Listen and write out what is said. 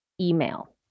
email